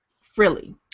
frilly